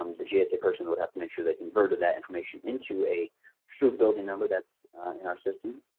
um the gsa person would have to make sure that you've entered that information into a true building number that's in our system.